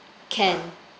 can